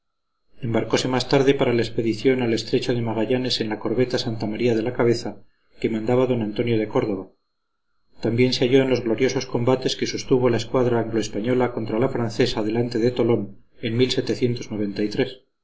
en embarcose más tarde para la expedición al estrecho de magallanes en la corbeta santa maría de la cabeza que mandaba don antonio de córdova también se halló en los gloriosos combates que sostuvo la escuadra anglo española contra la francesa delante de tolón en